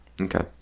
okay